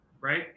right